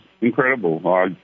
incredible